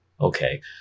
okay